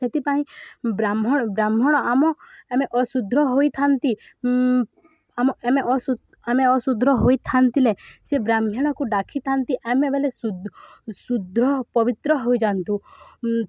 ସେଥିପାଇଁ ବ୍ରାହ୍ମଣ ବ୍ରାହ୍ମଣ ଆମ ଆମେ ଅଶୁଦ୍ର ହୋଇଥାନ୍ତି ଆମ ଆମେ ଆମେ ଅଶୁଦ୍ର ହୋଇଥିଲେ ସେ ବ୍ରାହ୍ମଣକୁ ଡ଼ାକିଥାନ୍ତି ଆମେ ବଲେ ସୁଦ୍ର ଅପବିତ୍ର ହୋଇଯାଆନ୍ତୁ